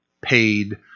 paid